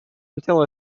until